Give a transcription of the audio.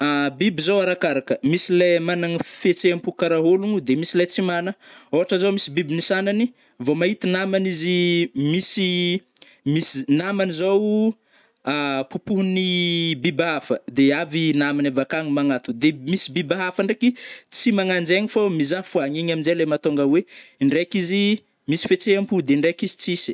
Biby zao arakaraka, misy lai managna fietsehampo kara ôlogno de misy tsy lai magnana, ôtra zao misy biby nisanagny vô mahita namagny izy misy-misy namany zao popohogny biby hafa de avy namagny avakagny magnantogno de misy biby hafa ndraiky tsy magnanjegny fô mizaha foagna igny amizay le mahatonga oe ndraiky izi misy fietsempô de ndraiky izy tsisy.